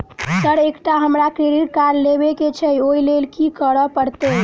Sir एकटा हमरा credit card लेबकै छैय ओई लैल की करऽ परतै?